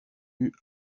eut